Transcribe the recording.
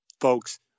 folks